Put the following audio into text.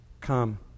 come